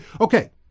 okay